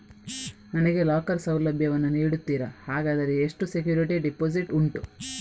ನನಗೆ ಲಾಕರ್ ಸೌಲಭ್ಯ ವನ್ನು ನೀಡುತ್ತೀರಾ, ಹಾಗಾದರೆ ಎಷ್ಟು ಸೆಕ್ಯೂರಿಟಿ ಡೆಪೋಸಿಟ್ ಉಂಟು?